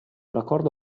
raccordo